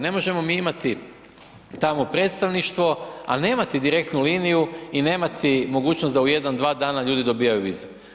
Ne možemo mi imati tamo predstavništvo, al nemati direktnu liniju i nemati mogućnost da u jedan, dva dana ljudi dobivaju vize.